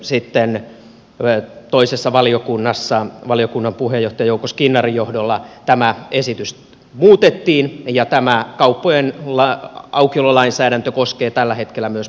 sitten toisessa valiokunnassa valiokunnan puheenjohtaja jouko skinnarin johdolla tämä esitys muutettiin ja tämä kauppojen aukiololainsäädäntö koskee tällä hetkellä myös parturi kampaamoja